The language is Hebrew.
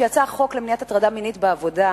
כשיצא החוק למניעת הטרדה מינית בעבודה,